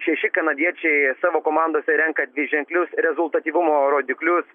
šeši kanadiečiai savo komandose renka dviženklius rezultatyvumo rodiklius